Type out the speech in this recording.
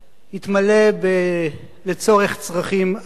יתמלא לצורך צרכים אחרים.